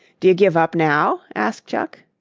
do you give up now? asked chuck.